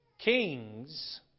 Kings